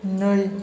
नै